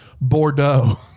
Bordeaux